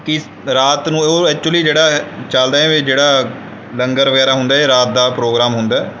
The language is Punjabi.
ਕਿਸ ਰਾਤ ਨੂੰ ਉਹ ਐਚੁਲੀ ਜਿਹੜਾ ਹੈ ਚਲਦਾ ਐਵੇਂ ਜਿਹੜਾ ਲੰਗਰ ਵਗੈਰਾ ਹੁੰਦਾ ਹੈ ਇਹ ਰਾਤ ਦਾ ਪ੍ਰੋਗਰਾਮ ਹੁੰਦਾ ਹੈ